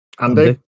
Andy